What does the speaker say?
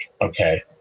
okay